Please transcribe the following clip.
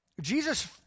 Jesus